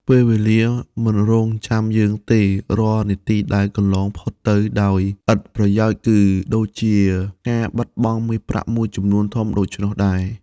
ពេលវេលាមិនរងចាំយើងទេ រាល់នាទីដែលកន្លងផុតទៅដោយឥតប្រយោជន៍ គឺដូចជាការបាត់បង់មាសប្រាក់មួយចំនួនធំដូច្នោះដែរ។